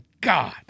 God